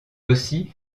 aussi